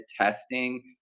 testing